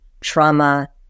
trauma